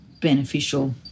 beneficial